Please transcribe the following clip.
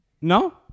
No